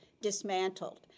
dismantled